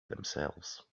themselves